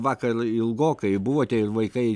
vakar ilgokai buvote ir vaikai